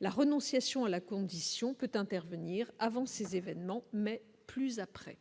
la renonciation à la condition peut intervenir avant ces événements mais plus après.